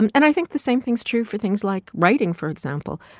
and and i think the same thing's true for things like writing, for example.